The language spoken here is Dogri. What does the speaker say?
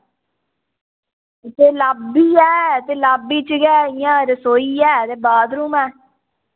ते लॉबी ऐ ते लॉबी च गै इंया रसोई ऐ ते बाथरूम ऐ